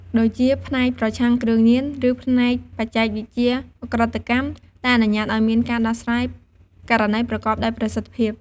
ដូចជាផ្នែកប្រឆាំងគ្រឿងញៀន ឬផ្នែកបច្ចេកវិទ្យាឧក្រិដ្ឋកម្ម ដែលអនុញ្ញាតឱ្យមានការដោះស្រាយករណីប្រកបដោយប្រសិទ្ធភាព។